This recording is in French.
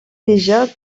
déjà